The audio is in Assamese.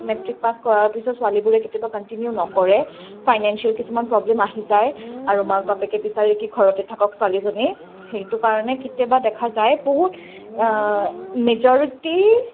মেট্ৰিক পাছ কৰাৰ পিছত ছোৱালীবোৰে কেতিয়াবা কণ্টিনিউ নকৰে ফাইনেন্সিয়েল কিছুমান প্ৰব্লেম আহি যায় আৰু মাক বাপেকে বিচাৰে কি ঘৰতে থাকক ছোৱালীজনী সেইটো কাৰণে কেতিয়াবা দেখা যায় বহুত মেজৰিটী